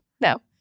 No